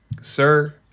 sir